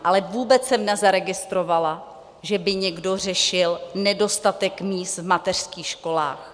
Ale vůbec jsem nezaregistrovala, že by někdo řešil nedostatek míst v mateřských školách.